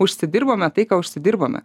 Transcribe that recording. užsidirbome tai ką užsidirbome